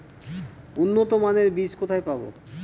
উন্নতমানের বীজ কোথায় পাব?